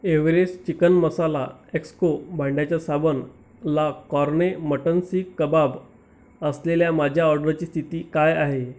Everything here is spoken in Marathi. एव्हरेस्ट चिकन मसाला एक्स्पो भांड्याचा साबण ला कॉर्ने मटण सीख कबाब असलेल्या माझ्या ऑर्डरची स्थिती काय आहे